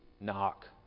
knock